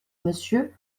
monsieur